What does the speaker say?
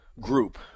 group